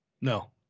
No